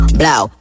blow